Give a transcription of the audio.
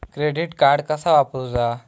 Credit card कसा वापरूचा?